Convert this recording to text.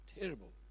terrible